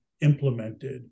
implemented